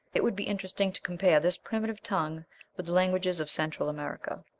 it would be interesting to compare this primitive tongue with the languages of central america.